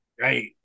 Right